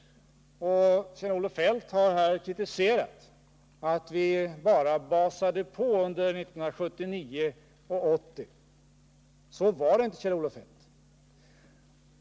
Kjell-Olof Feldt har här kritiserat att vi bara har basat på under 1979 och 1980. Så är det inte, Kjell-Olof Feldt.